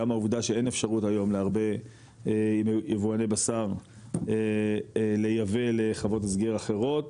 גם העובדה שאין אפשרות היום להרבה יבואני בשר לייבא לחוות הסגר אחרות,